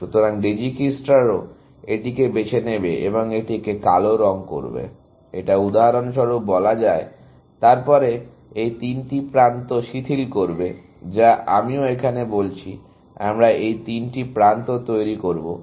সুতরাং ডিজিকিস্ট্রারও এটিকে বেছে নেবে এবং এটিকে কালো রঙ করবে এটা উদাহরণস্বরূপ বলা যায় তারপরে এই তিনটি প্রান্ত শিথিল করবে যা আমিও এখানে বলছি আমরা এই তিনটি প্রান্ত তৈরি করবো